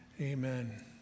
Amen